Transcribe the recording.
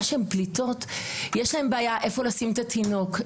שהן פליטות יש להן בעיה היכן לשים את התינוק,